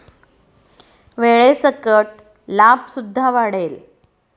वेळेसकट लाभ सुद्धा वाढेल